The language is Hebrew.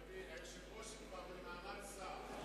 היושב-ראש, היא כבר במעמד שר.